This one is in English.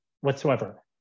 whatsoever